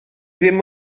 ddim